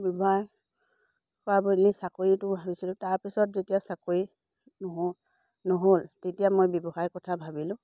ব্যৱসায় কৰা বুলি চাকৰিটো ভাবিছিলোঁ তাৰপিছত যেতিয়া চাকৰি নোহো নহ'ল তেতিয়া মই ব্যৱসায় কথা ভাবিলোঁ